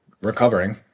recovering